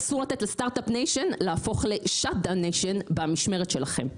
אסור לתת לסטארט-אפ ניישן להפוך ל-שט-דאון ניישן במשמרת שלכם.